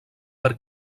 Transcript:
per